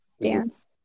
dance